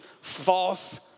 false